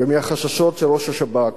ומהחששות של ראש השב"כ,